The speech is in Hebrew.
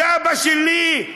סבא שלי,